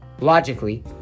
logically